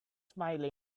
smiling